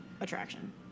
attraction